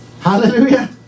hallelujah